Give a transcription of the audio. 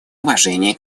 уважения